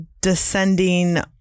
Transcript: descending